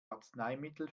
arzneimittel